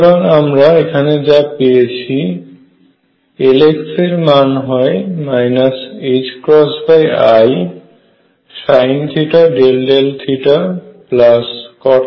সুতরাং আমরা এখানে যা পেয়েছি Lx এর মান হয় isinθ∂θcotθcosϕ∂ϕ